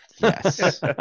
Yes